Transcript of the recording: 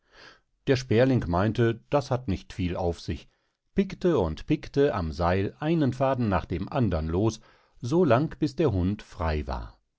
der sperling meinte das hat nicht viel auf sich pickte und pickte am seil einen faden nach dem andern los so lang bis der hund frei war